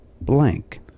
blank